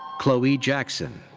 chloe jackson.